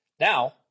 Now-